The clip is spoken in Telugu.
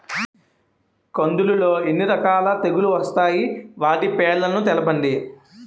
కందులు లో ఎన్ని రకాల తెగులు వస్తాయి? వాటి పేర్లను తెలపండి?